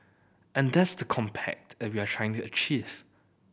and that's the compact are we're trying to achieve